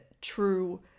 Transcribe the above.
true